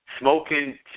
Smoking